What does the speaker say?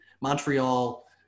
Montreal